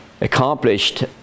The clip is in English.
accomplished